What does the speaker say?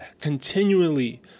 continually